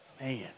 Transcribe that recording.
Man